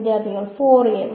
വിദ്യാർത്ഥി ഫോറിയർ